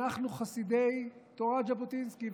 אנחנו חסידי תורת ז'בוטינסקי,